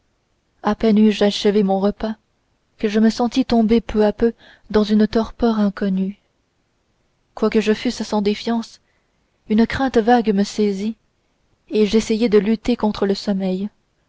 à peine eus-je achevé mon repas que je me sentis tomber peu à peu dans une torpeur inconnue quoique je fusse sans défiance une crainte vague me saisit et j'essayai de lutter contre le sommeil